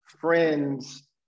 friend's